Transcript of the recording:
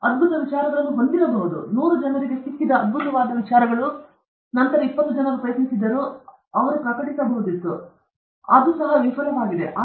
ನೀವು ಅದ್ಭುತ ವಿಚಾರಗಳನ್ನು ಹೊಂದಿರಬಹುದು ನೂರು ಜನರಿಗೆ ಸಿಕ್ಕಿದ ಅದ್ಭುತವಾದ ವಿಚಾರಗಳು ಮತ್ತು ನಂತರ ಇಪ್ಪತ್ತು ಜನರು ಪ್ರಯತ್ನಿಸಿದ್ದರು ಮತ್ತು ಅವರು ಪ್ರಕಟಿಸಬಹುದಿತ್ತು ಮತ್ತು ಇದು ಸಹ ವಿಫಲವಾಗಿದೆ